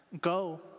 go